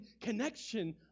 connection